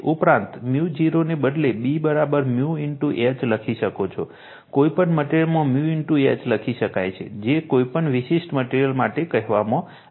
ઉપરાંત 𝜇0 ને બદલે B H લખી શકો છો કોઈપણ મટેરીઅલમાં H લખી શકાય છે જે કોઈપણ વિશિષ્ટ મટેરીઅલ માટે કહેવામાં આવે છે